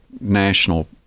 national